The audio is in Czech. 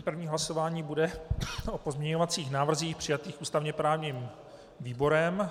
První hlasování bude o pozměňovacích návrzích přijatých ústavněprávním výborem.